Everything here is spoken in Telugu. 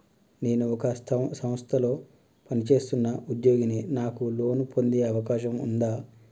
నేను ఒక సంస్థలో పనిచేస్తున్న ఉద్యోగిని నాకు లోను పొందే అవకాశం ఉందా?